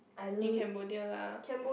in Cambodia lah